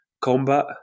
combat